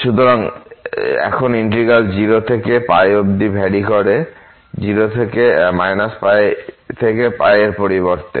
সুতরাং এখন এই ইন্টিগ্র্যাল 0 to অব্ধি ভ্যারি করে - to এর পরিবর্তে